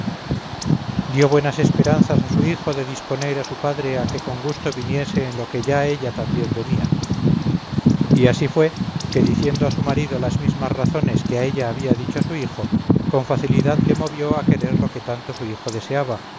dio buenas esperanzas a su hijo de disponer a su padre a que con gusto viniese en lo que ya ella también venía y así fue que diciendo a su marido las mismas razones que a ella había dicho su hijo con facilidad le movió a querer lo que tanto su hijo deseaba